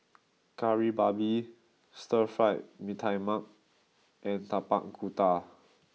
Kari Babi Stir fried Mee Tai Mak and Tapak Kuda